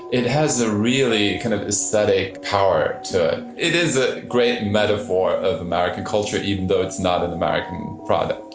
it has a really kind of aesthetic power to it. it is a great metaphor of american culture even though it's not an american product,